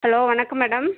hello வணக்கம் madam